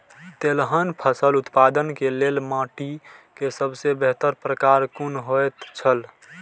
तेलहन फसल उत्पादन के लेल माटी के सबसे बेहतर प्रकार कुन होएत छल?